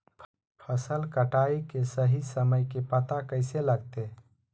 फसल कटाई के सही समय के पता कैसे लगते?